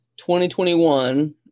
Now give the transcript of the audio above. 2021